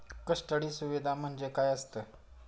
Custody सुविधा म्हणजे काय असतं?